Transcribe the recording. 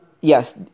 Yes